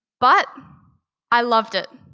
but i loved it.